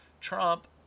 Trump